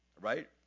Right